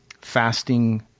fasting